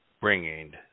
bringing